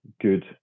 good